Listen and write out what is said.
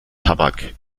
tabak